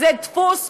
זה דפוס פוגעני,